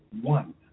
One